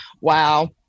wow